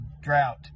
drought